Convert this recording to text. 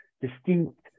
distinct